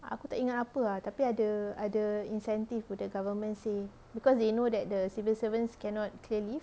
aku tak ingat apa ah tapi ada ada incentive the government say because they know that the civil servants cannot clear leaves